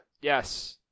Yes